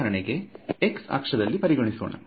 ಉದಾಹರಣೆಗೆ x ಅಕ್ಷವನ್ನು ಪರಿಗಣಿಸೋಣ